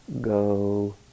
go